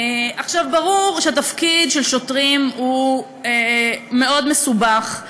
ברור שתפקיד של שוטרים הוא מאוד מסובך,